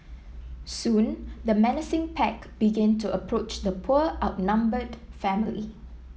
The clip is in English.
soon the menacing pack began to approach the poor outnumbered family